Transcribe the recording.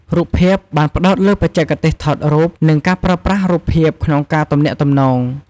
រូបភាព បានផ្ដោតលើបច្ចេកទេសថតរូប និងការប្រើប្រាស់រូបភាពក្នុងការទំនាក់ទំនង។